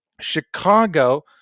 Chicago